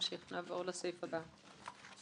נעבור לסעיף הבא.